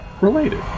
related